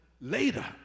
later